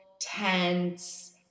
tense